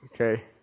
Okay